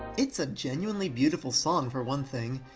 it's a genuinely beautiful song, for one thing.